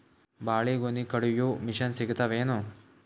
ಬಾಳಿಗೊನಿ ಕಡಿಯು ಮಷಿನ್ ಸಿಗತವೇನು?